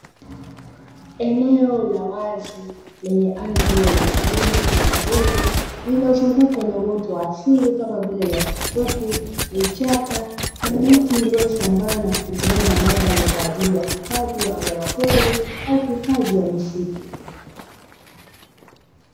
Eneo la wazi lenye ardhi yenye milima na mabonde lililozungukwa na wote wa asili kama vile: nyasi fupi, vichaka, na miti iliyosambaa na kutengeneza mandhari kwa ajili ya hifadhi ya wanyama pori au hifadhi ya misitu.